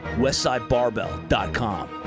Westsidebarbell.com